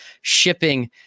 shipping